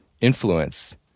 influence